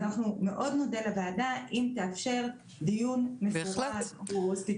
אז אנחנו מאוד נודה לוועדה אם תאפשר דיון מפורט וספציפי.